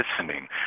listening